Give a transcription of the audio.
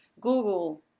Google